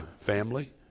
family